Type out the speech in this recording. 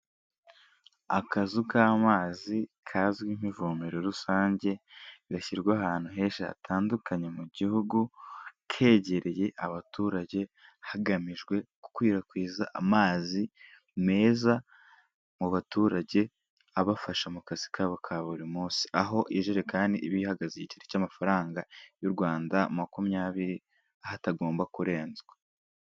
Akazu k'amazi kazwi nk'ivomero rusange, gashyirwa ahantu henshi hatandukanye mu gihugu, kegereye abaturage, hagamijwe gukwirakwiza amazi meza mu baturage, abafasha mu kazi kabo ka buri munsi, aho ijerekani iba ihagaze igiceri cy'amafaranga y'u Rwanda makumyabiri, aho atagomba kurenzwa.